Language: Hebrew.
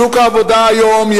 שוק העבודה היום,